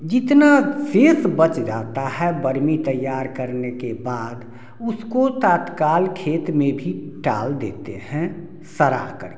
जितना शेष बच जाता है बर्मी तैयार करने के बाद उसको तत्काल खेत में भी डाल देते हैं सड़ाकर के